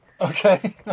Okay